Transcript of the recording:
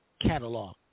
catalog